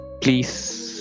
please